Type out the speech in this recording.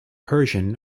persian